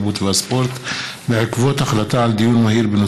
התרבות והספורט בעקבות דיון מהיר בהצעתה של חברת הכנסת קארין